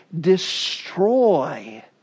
destroy